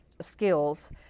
skills